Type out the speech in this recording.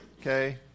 okay